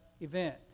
event